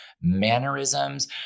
mannerisms